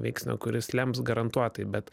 veiksnio kuris lems garantuotai bet